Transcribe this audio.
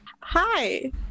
hi